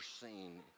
seen